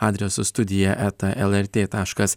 adresu studija eta lrt taškas